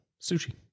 sushi